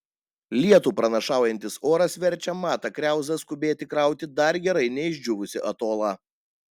lietų pranašaujantis oras verčia matą kriauzą skubėti krauti dar gerai neišdžiūvusį atolą